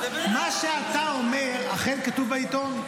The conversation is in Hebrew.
--- מה שאתה אומר, אכן כתוב בעיתון.